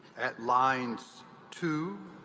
at lines two,